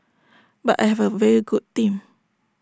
but I have A very good team